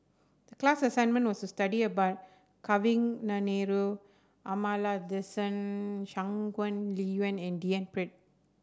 the class assignment was to study about Kavignareru Amallathasan Shangguan Liuyun and D N Pritt